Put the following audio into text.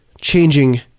changing